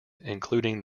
including